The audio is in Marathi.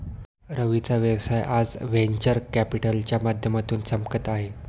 रवीचा व्यवसाय आज व्हेंचर कॅपिटलच्या माध्यमातून चमकत आहे